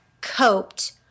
coped